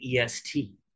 EST